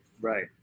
Right